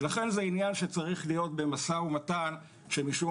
ולכן זה עניין שצריך להיות במשא ומתן שמשום